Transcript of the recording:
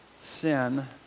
sin